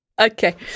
Okay